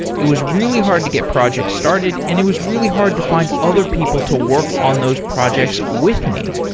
it was really hard to get projects started and it was really hard to find other people to work on those projects with me.